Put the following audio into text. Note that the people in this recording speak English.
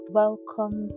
welcome